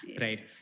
Right